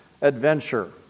adventure